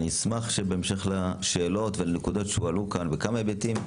בהמשך לשאלות ולנקודות שהועלו כאן בכמה היבטים,